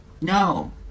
No